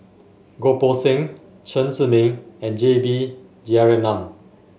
Goh Poh Seng Chen Zhiming and J B Jeyaretnam